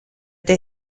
der